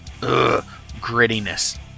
grittiness